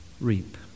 reap